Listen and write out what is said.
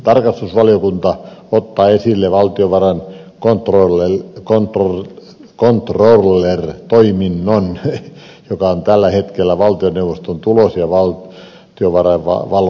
tarkastusvaliokunta ottaa esille valtiovarain controller toiminnon joka on tällä hetkellä valtioneuvoston tulos ja valtiovarainvalvoja